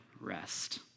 rest